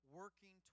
working